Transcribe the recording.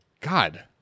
God